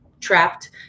trapped